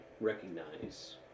recognize